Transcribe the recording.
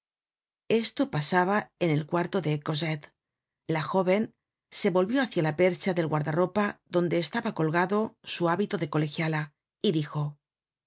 esto pasaba en el cuarto de cosette la joven se volvió hacia la percha del guarda ropa donde estaba colgado su hábito de colegiala y dijo